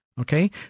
okay